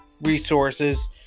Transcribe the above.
resources